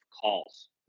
calls